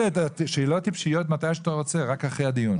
שאלות טיפשיות מתי שאתה רוצה, רק אחרי הדיון.